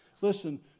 Listen